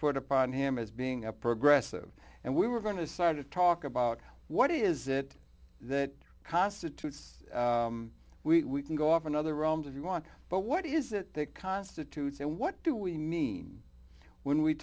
put upon him as being a progressive and we were going to start to talk about what is it that constitutes we can go off another round if you want but what is it that constitutes and what do we mean when we